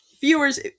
viewers